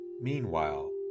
Meanwhile